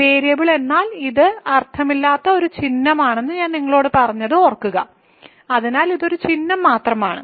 variable എന്നാൽ ഇത് അർത്ഥമില്ലാത്ത ഒരു ചിഹ്നമാണെന്ന് ഞാൻ നിങ്ങളോട് പറഞ്ഞത് ഓർക്കുക അതിനാൽ ഇത് ഒരു ചിഹ്നം മാത്രമാണ്